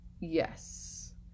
yes